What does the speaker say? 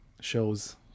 shows